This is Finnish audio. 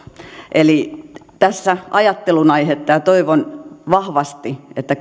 eli tässä on ajattelun aihetta ja toivon vahvasti että